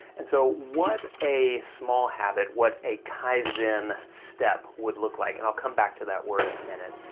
and so what a small habit, what a kaizen step, would look like, and i'll come back to that word in a minute,